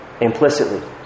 implicitly